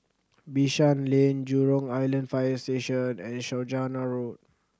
Bishan Lane Jurong Island Fire Station and Saujana Road